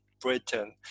Britain